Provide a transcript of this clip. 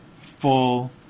full